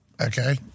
okay